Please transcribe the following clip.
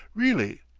really,